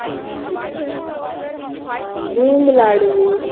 मूंग लाडू